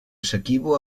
essequibo